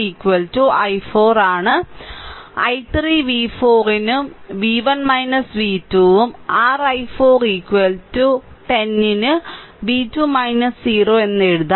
അതിനാൽ i3 V 4 ന് v1 v2 ഉം r i4 r i4 ഉം 10 ന് v2 0 എന്ന് എഴുതാം